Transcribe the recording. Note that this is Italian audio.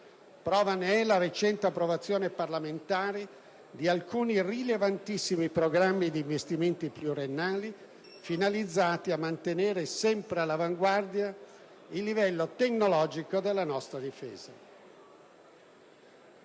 Prova ne è la recente approvazione parlamentare di alcuni rilevantissimi programmi di investimenti pluriennali, finalizzati a mantenere sempre all'avanguardia il livello tecnologico della nostra Difesa.